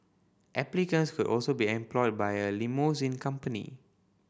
applicants could also be employed by a limousine company